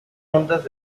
ondas